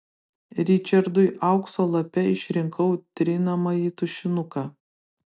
ričardui aukso lape išrinkau trinamąjį tušinuką